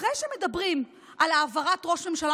אחרי שמדברים על העברת ראש ממשלה